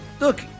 Look